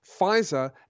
Pfizer